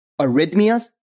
arrhythmias